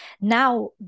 Now